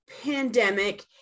pandemic